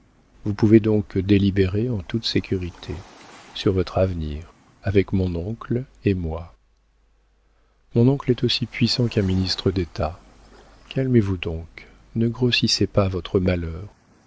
vous pouvez donc délibérer en toute sécurité sur votre avenir avec mon oncle et moi mon oncle est aussi puissant qu'un ministre d'état calmez-vous donc ne grossissez pas votre malheur